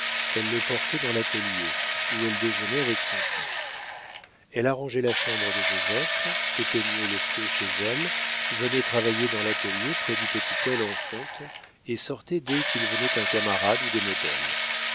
elle le portait dans l'atelier où elle déjeunait avec son fils elle arrangeait la chambre de joseph éteignait le feu chez elle venait travailler dans l'atelier près du petit poêle en fonte et sortait dès qu'il venait un camarade ou des modèles